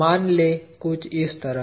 मान ले कुछ इस तरह